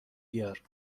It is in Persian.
بیار